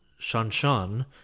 Shanshan